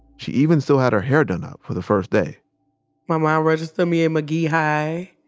she even still had her hair done up for the first day my ma registered me in magee high.